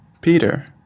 Peter